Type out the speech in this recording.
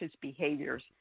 behaviors